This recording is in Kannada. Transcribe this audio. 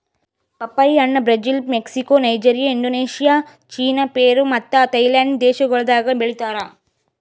ಪಪ್ಪಾಯಿ ಹಣ್ಣ್ ಬ್ರೆಜಿಲ್, ಮೆಕ್ಸಿಕೋ, ನೈಜೀರಿಯಾ, ಇಂಡೋನೇಷ್ಯಾ, ಚೀನಾ, ಪೇರು ಮತ್ತ ಥೈಲ್ಯಾಂಡ್ ದೇಶಗೊಳ್ದಾಗ್ ಬೆಳಿತಾರ್